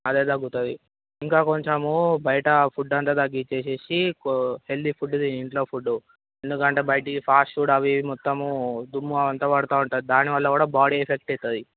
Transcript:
అదే తగ్గుతుంది ఇంకా కొంచెము బయట ఫుడ్ అంతా తగ్గించేసేసి కొ హెల్దీ ఫుడ్ తిను ఇంట్లో ఫుడ్డు ఎందుకంటే బయట ఫాస్ట్ ఫుడ్ అవి ఇవి మొత్తం దుమ్ము అదంతా పడుతూ ఉంటుంది దానివల్ల కూడా బాడీ ఎఫెక్ట్ అవుతుంది